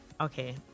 Okay